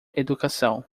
educação